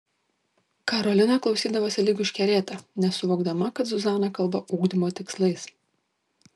karolina klausydavosi lyg užkerėta nesuvokdama kad zuzana kalba ugdymo tikslais